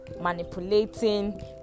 manipulating